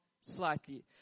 slightly